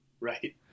Right